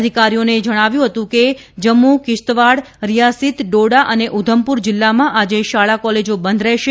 અધિકારીઓને જણાવ્યું ફતું કે જમ્મુ કિસ્તવાડ રિયાસિત ડોડા અને ઉધમપુર જિલ્લામાં આજે શાળા કોલેજા બંધ રહેશે